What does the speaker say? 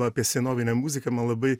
apie senovinę muziką man labai